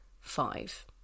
five